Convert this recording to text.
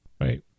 Right